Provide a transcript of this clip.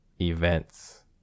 events